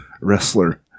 wrestler